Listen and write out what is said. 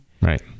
Right